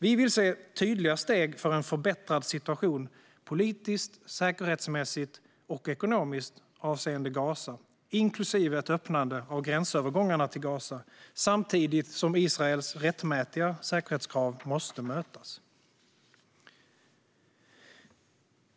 Vi vill se tydliga steg för en förbättrad situation politiskt, säkerhetsmässigt och ekonomiskt avseende Gaza inklusive ett öppnande av gränsövergångarna till Gaza. Samtidigt måste Israels rättmätiga säkerhetskrav mötas.